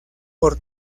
por